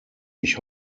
ich